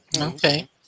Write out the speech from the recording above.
okay